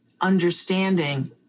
understanding